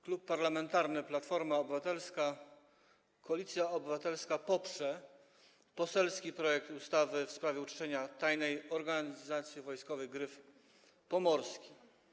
Klub Parlamentarny Platforma Obywatelska - Koalicja Obywatelska poprze poselski projekt uchwały w sprawie uczczenia Tajnej Organizacji Wojskowej „Gryf Pomorski”